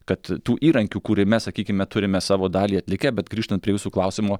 kad tų įrankių kūrime sakykime turime savo dalį atlikę bet grįžtant prie jūsų klausimo